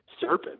serpent